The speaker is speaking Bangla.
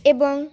এবং